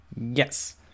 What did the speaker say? Yes